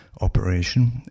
operation